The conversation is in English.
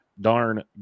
darn